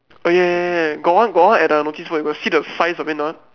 oh ya ya ya got one got one at the notice board you got see the size of it or not